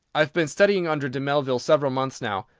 i have been studying under de mellville several months now.